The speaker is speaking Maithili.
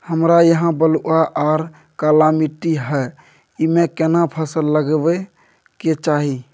हमरा यहाँ बलूआ आर काला माटी हय ईमे केना फसल लगबै के चाही?